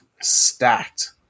stacked